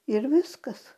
ir viskas